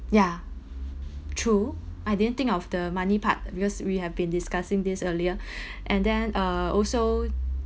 ya true I didn't think of the money part because we have been discussing this earlier and then uh also